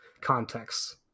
contexts